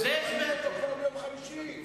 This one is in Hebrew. אז צריך ביום חמישי.